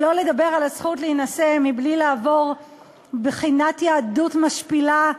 שלא לדבר על הזכות להינשא מבלי לעבור בחינת יהדות משפילה.